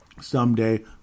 someday